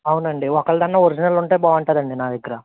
అవునండి ఒకరిదైనా ఒరిజినల్ ఉంటే బాగుంటుందండి నా దగ్గర